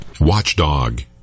Watchdog